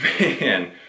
man